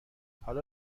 حالا